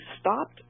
stopped